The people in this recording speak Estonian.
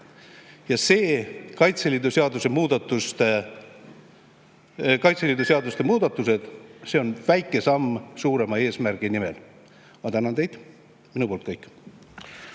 Ja need Kaitseliidu seaduse muudatused on väike samm suurema eesmärgi nimel. Ma tänan teid! Minu poolt kõik.